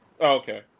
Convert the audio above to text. Okay